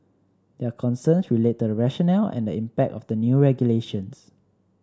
their concerns relate to the rationale and the impact of the new regulations